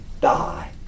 die